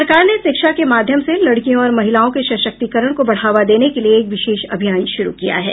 सरकार ने शिक्षा के माध्यम से लड़कियों और महिलाओं के सशक्तिकरण को बढ़ावा देने के लिए एक विशेष अभियान शुरू किया है